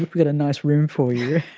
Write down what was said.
we've got a nice room for you.